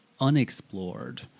unexplored